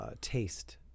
taste